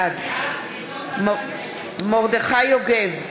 בעד מרדכי יוגב,